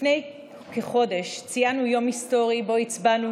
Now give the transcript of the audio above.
לפני כחודש ציינו יום היסטורי שבו הצבענו